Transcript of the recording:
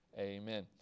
amen